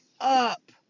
up